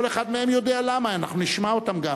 כל אחד מהם יודע למה, ואנחנו גם נשמע אותם.